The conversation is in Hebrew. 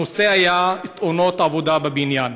הנושא היה תאונות עבודה בבניין.